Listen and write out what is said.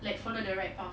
like follow the right path